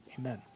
Amen